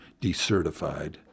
decertified